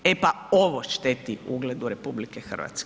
E pa ovo šteti ugledu RH.